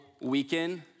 weekend